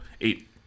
Eight